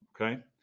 Okay